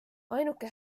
ainuke